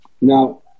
Now